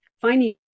Finding